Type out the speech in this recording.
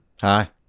Hi